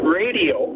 radio